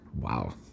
Wow